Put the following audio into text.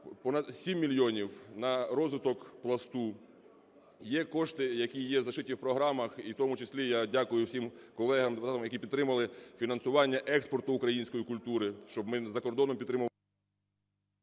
Понад 7 мільйонів – на розвиток "Пласту". Є кошти, які є зашиті в програмах і в тому числі я дякую всім колегам, які підтримали фінансування експорту української культури, щоб ми за кордоном підтримували…